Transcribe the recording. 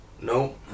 no